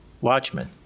watchmen